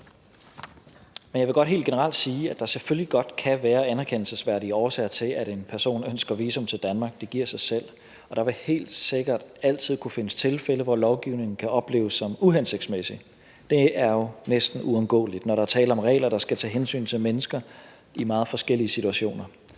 Men jeg vil godt helt generelt sige, at der selvfølgelig godt kan være anerkendelsesværdige årsager til, at en person ønsker visum til Danmark – det giver sig selv – og der vil helt sikkert altid kunne findes tilfælde, hvor lovgivningen kan opleves som uhensigtsmæssig. Det er jo næsten uundgåeligt, når der er tale om regler, der skal tage hensyn til mennesker i meget forskellige situationer.